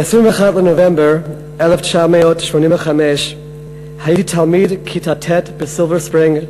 ב-21 בנובמבר 1985 הייתי תלמיד כיתה ט' בסילבר-ספרינג,